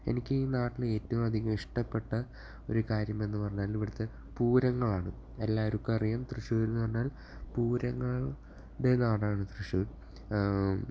എനിക്കീ നാട്ടിൽ ഏറ്റവും അധികം ഇഷ്ടപ്പെട്ട ഒരു കാര്യം എന്നു പറഞ്ഞാൽ ഇവിടത്തെ പൂരങ്ങളാണ് എല്ലാവർക്കും അറിയാം തൃശ്ശൂർ എന്നു പറഞ്ഞാൽ പൂരങ്ങളുടെ നാടാണ് തൃശ്ശൂർ